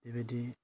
बेबायदि